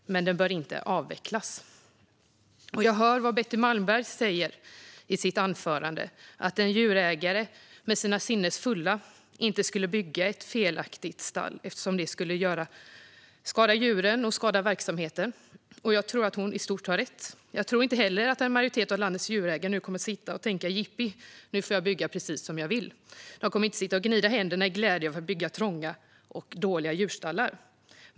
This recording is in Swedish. Men den bör inte avvecklas. Jag hörde vad Betty Malmberg sa i sitt anförande: att en djurägare vid sina sinnens fulla bruk inte skulle bygga ett felaktigt stall eftersom det skulle skada djuren och skada verksamheten. Jag tror att hon i stort har rätt. Jag tror inte heller att en majoritet av landets djurägare nu kommer att tänka: Jippi, nu får jag bygga precis som jag vill. De kommer inte att sitta och gnida händerna i glädje över att få bygga trånga och dåliga djurstallar.